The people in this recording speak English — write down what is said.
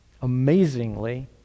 amazingly